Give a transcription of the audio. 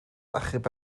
achub